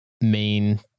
main